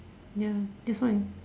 ya that's why